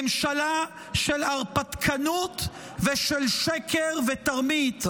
ממשלה של הרפתקנות ושל שקר ותרמית,